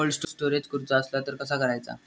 Cold storage करूचा असला तर कसा करायचा?